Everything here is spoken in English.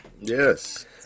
Yes